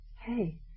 Hey